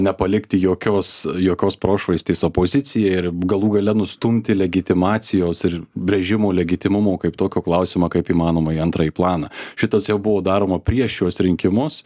nepalikti jokios jokios prošvaistės opozicijai ir galų gale nustumti legitimacijos ir brėžimo legitimumo kaip tokio klausimo kaip įmanoma į antrąjį planą šitas jau buvo daroma prieš šiuos rinkimus